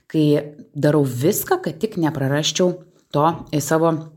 kai darau viską kad tik neprarasčiau to savo